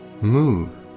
move